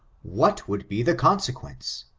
what would be the consequence?